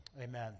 Amen